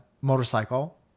motorcycle